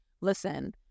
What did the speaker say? listen